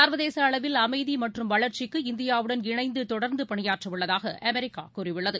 சர்வதேசஅளவில் அமைதிமற்றம் வளர்ச்சிக்கு இந்தியாவுடன் இணந்து தொடர்ந்து பணியாற்றவுள்ளதாக அமெரிக்காகூறியுள்ளது